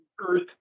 Earth